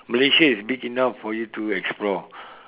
Malaysia is big enough for you to explore